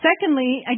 secondly